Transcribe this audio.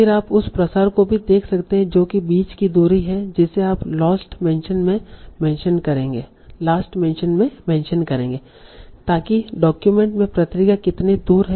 फिर आप उस प्रसार को भी देख सकते हैं जो कि बीच की दूरी है जिसे आप लास्ट मेंशन में मेंशन करेंगे ताकि डॉक्यूमेंट में प्रतिक्रिया कितनी दूर है